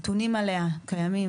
הנתונים הקיימים,